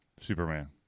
Superman